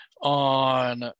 On